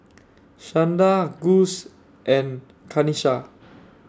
Shanda Gus and Kanisha